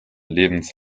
lebens